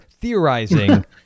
theorizing